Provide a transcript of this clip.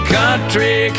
country